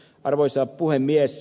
arvoisa puhemies